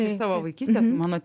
iš savo vaikystės mano